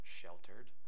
sheltered